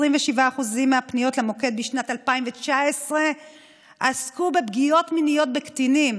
27% מהפניות למוקד בשנת 2019 עסקו בפגיעות מיניות בקטינים,